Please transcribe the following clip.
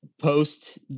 post